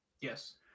Yes